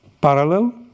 parallel